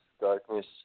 darkness